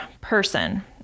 person